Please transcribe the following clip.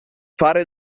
fare